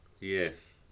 Yes